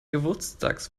geburtstags